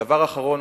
דבר אחרון,